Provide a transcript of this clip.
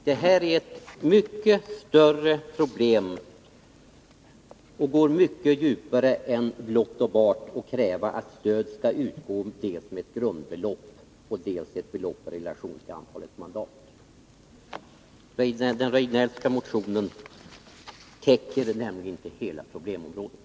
Detta är en mycket större problematik, som berör mycket djupare frågor än blott och bart krav på att stöd skall utgå dels med ett grundbelopp, dels med ett belopp i relation till antalet mandat. Den Rejdnellska motionen täcker inte hela problemområdet.